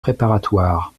préparatoire